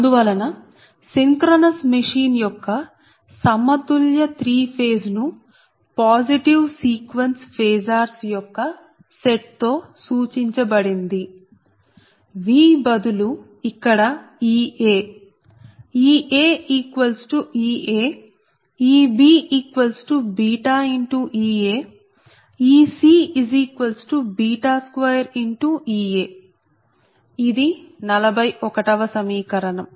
అందువలన synchronous machine యొక్క సమతుల్య 3 ఫేజ్ ను పాజిటివ్ సీక్వెన్స్ ఫేసార్స్ యొక్క సెట్ తో సూచించబడింది V బదులు ఇక్కడ Ea EaEaEbβEaEc2Ea ఇది 41 వ సమీకరణం